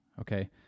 okay